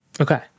Okay